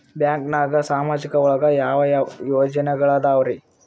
ಬ್ಯಾಂಕ್ನಾಗ ಸಾಮಾಜಿಕ ಒಳಗ ಯಾವ ಯಾವ ಯೋಜನೆಗಳಿದ್ದಾವ್ರಿ?